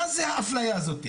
מה זה האפליה הזאת?